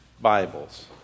Bibles